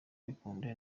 bikunda